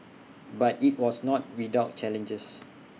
but IT was not without challenges